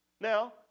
Now